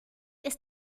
ist